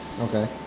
Okay